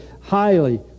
highly